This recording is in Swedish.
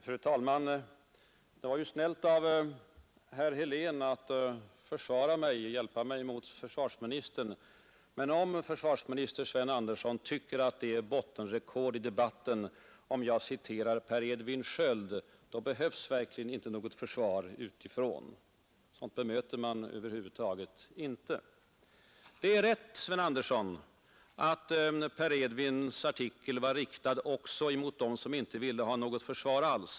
Fru talman! Det var snällt av herr Helén att försvara mig mot försvarsministern. Men om försvarsminister Sven Andersson tycker att det är ett ”bottenrekord” i debatten om jag citerar Per Edvin Sköld behövs det verkligen inte något försvar utifrån — sådant bemöter man över huvud taget inte. Det är rätt, herr Sven Andersson, att Per Edvin Skölds artikel var riktad också mot dem som inte ville ha något försvar alls.